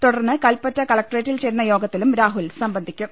തുടർന്ന് കൽപറ്റ കളക്ടറേറ്റിൽ ചേരുന്ന യോഗത്തിലും രാഹുൽ സംബന്ധിക്കും